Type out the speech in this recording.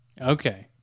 Okay